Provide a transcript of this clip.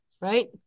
Right